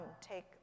take